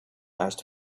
asked